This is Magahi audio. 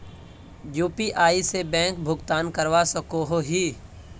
यु.पी.आई से बैंक भुगतान करवा सकोहो ही?